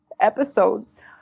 episodes